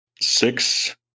six